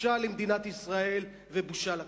בושה למדינת ישראל ובושה לכנסת.